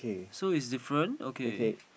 so it's different okay